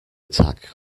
attack